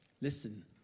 Listen